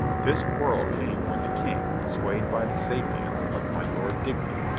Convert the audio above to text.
this quarrel came when the king, swayed by the sapience of my lord digby,